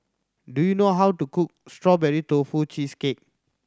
do you know how to cook Strawberry Tofu Cheesecake